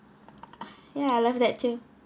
ya I love that too